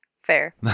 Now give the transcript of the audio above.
Fair